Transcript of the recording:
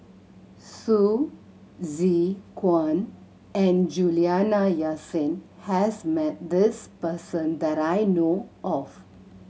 Hsu Tse Kwang and Juliana Yasin has met this person that I know of